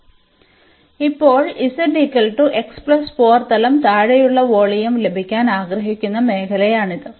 അതിനാൽ ഇപ്പോൾ തലം താഴെയുള്ള വോളിയം ലഭിക്കാൻ ആഗ്രഹിക്കുന്ന മേഖലയാണിത്